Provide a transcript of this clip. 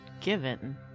given